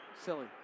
silly